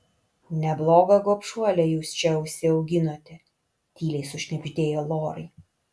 neblogą gobšuolę jūs čia užsiauginote tyliai sušnibždėjo lorai